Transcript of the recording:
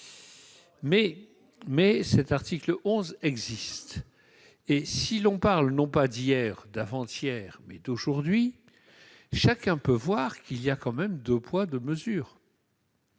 cas, l'article 11 existe et, si l'on parle non pas d'hier ou d'avant-hier, mais d'aujourd'hui, chacun peut voir qu'il y a deux poids, deux mesures